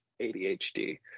ADHD